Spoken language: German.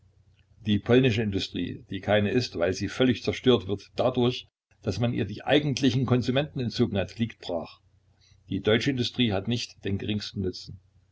die polnische industrie die keine ist weil sie völlig zerstört wird dadurch daß man ihr die eigentlichen konsumenten entzogen hat liegt brach die deutsche industrie hat nicht den geringsten nutzen